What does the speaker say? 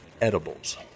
edibles